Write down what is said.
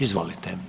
Izvolite.